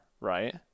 right